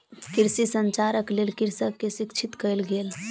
कृषि संचारक लेल कृषक के शिक्षित कयल गेल